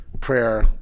Prayer